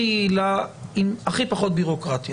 הכי יעילה עם הכי פחות בירוקרטיה.